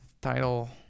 title